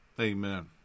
Amen